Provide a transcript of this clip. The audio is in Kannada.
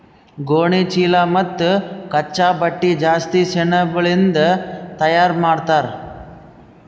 ಗೋಣಿಚೀಲಾ ಮತ್ತ್ ಕಚ್ಚಾ ಬಟ್ಟಿ ಜಾಸ್ತಿ ಸೆಣಬಲಿಂದ್ ತಯಾರ್ ಮಾಡ್ತರ್